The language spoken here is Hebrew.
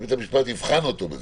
שבית המשפט יבחן אותו בזה.